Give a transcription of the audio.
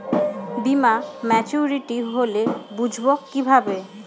বীমা মাচুরিটি হলে বুঝবো কিভাবে?